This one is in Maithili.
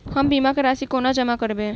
हम बीमा केँ राशि कोना जमा करबै?